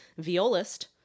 violist